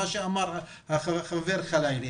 כפי שאמר מר חלאילה,